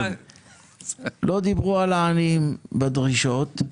לא דיברו על העניים בדרישות.